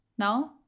No